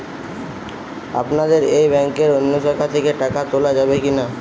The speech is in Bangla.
আপনাদের এই ব্যাংকের অন্য শাখা থেকে টাকা তোলা যাবে কি না?